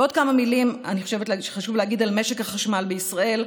ועוד כמה מילים שאני חושבת שחשוב להגיד על משק החשמל בישראל,